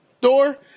door